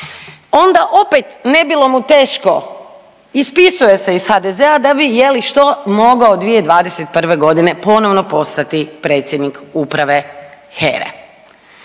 Onda opet ne bilo mu teško ispisuje iz HDZ-a da bi je li što mogao 2021. godine ponovno postati predsjednik uprave HERE.